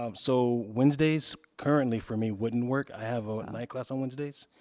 um so wednesdays, currently for me, wouldn't work i have a night class on wednesdays.